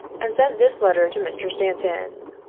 and sent this letter to mr. stanton